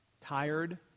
tired